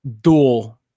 dual